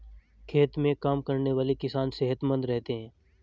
खेत में काम करने वाले किसान सेहतमंद रहते हैं